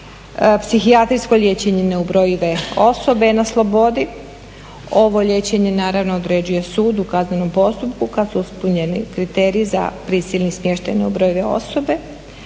psihijatrijsko liječenje neubrojive osobe na slobodi. Ovo liječenje određuje sud u kaznenom postupku kada su ispunjeni kriteriji za prisilni smještaj neubrojive osobe.